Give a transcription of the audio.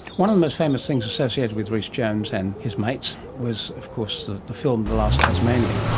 one of the most famous things associated with rhys jones and his mates was of course the the film the last tasmanian,